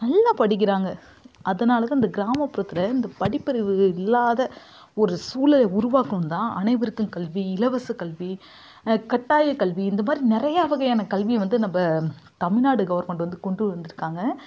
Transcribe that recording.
நல்லா படிக்கிறாங்க அதனால் தான் இந்த கிராமப்புறத்தில் இந்த படிப்பறிவு இல்லாத ஒரு சூழ்நிலையை உருவாக்கணும்தான் அனைவருக்கும் கல்வி இலவசக் கல்வி கட்டாயக் கல்வி இந்த மாதிரி நிறைய வகையான கல்வியை வந்து நம்ம தமிழ்நாடு கவர்மெண்ட் வந்து கொண்டு வந்திருக்காங்க